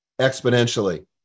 exponentially